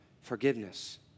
forgiveness